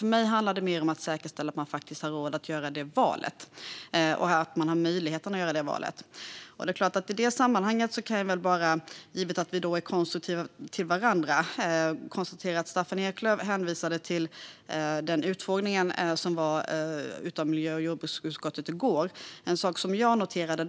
För mig handlar det mer om att säkerställa att man har råd och möjlighet att göra ett sådant val. Eftersom vi har en konstruktiv anda vill jag ta upp den utfrågning som miljö och jordbruksutskottet hade i går och som Staffan Eklöf hänvisar till.